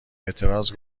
اعتراض